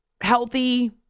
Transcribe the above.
healthy